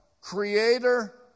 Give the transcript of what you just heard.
creator